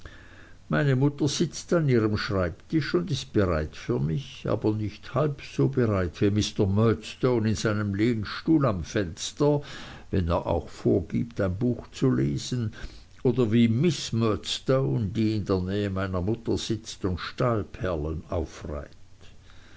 meine mutter sitzt an ihrem schreibtisch und ist bereit für mich aber nicht halb so bereit wie mr murdstone in seinem lehnstuhl am fenster wenn er auch vorgibt ein buch zu lesen oder wie miß murdstone die in der nähe meiner mutter sitzt und stahlperlen aufreiht